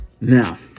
Now